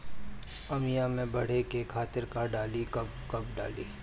आमिया मैं बढ़े के खातिर का डाली कब कब डाली?